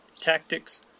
tactics